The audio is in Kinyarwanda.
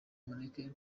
mureke